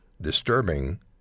disturbing